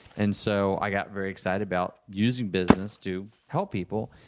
and so, i got very excited about using business to help people,